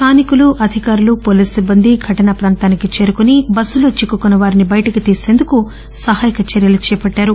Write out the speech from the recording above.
స్లానికులు అధికారులు పోలీసు సిట్బంది ఘటనా ప్రాంతానికి చేరుకొని బస్సులో చిక్కుకున్న వారిని బయటకు తీసేందుకు సహాయక చర్యలు చేపట్టారు